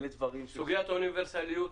סוגיית האוניברסליות?